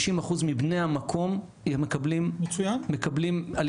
זה לא שכשישראל תהיה 20 מיליון אז הקהילה תהיה 2,000 וכשהיא תהיה 30